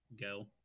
go